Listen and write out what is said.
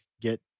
get